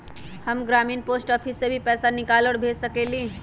हम ग्रामीण post office से भी पैसा निकाल और भेज सकेली?